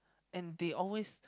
and they always